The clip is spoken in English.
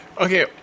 okay